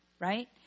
Right